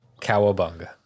Cowabunga